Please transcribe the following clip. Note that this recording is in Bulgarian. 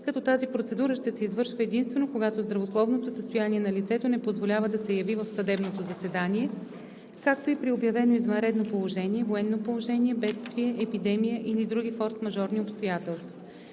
като тази процедура ще се извършва единствено когато здравословното състояние на лицето не позволява да се яви в съдебното заседание, както и при обявено извънредно положение, военно положение, бедствие, епидемия или други форсмажорни обстоятелства.